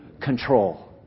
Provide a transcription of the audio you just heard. control